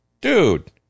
Dude